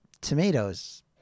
tomatoes